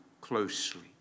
closely